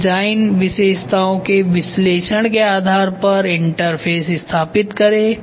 फिर डिज़ाइन विशेषताओं के विश्लेषण के आधार पर इंटरफेस स्थापित करें